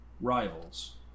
Rivals